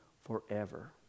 forever